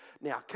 Now